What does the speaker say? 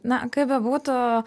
na kaip bebūtų